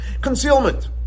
concealment